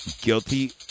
Guilty